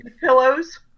pillows